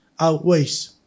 outweighs